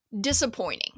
disappointing